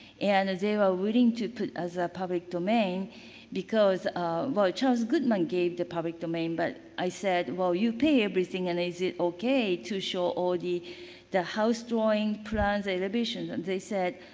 and they were willing to put as a public domain because well, charles goodman gave the public domain. but, i said well you pay everything and is it okay to show all the the house drawing plans elevation? and they said,